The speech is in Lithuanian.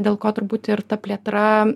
dėl ko turbūt ir ta plėtra